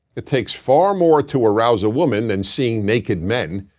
it takes far more to arouse a woman than seeing naked men.